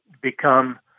become